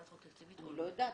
אנחנו לא יכולים